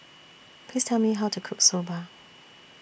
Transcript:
Please Tell Me How to Cook Soba